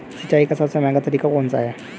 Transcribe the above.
सिंचाई का सबसे महंगा तरीका कौन सा है?